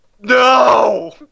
No